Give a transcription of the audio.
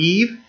Eve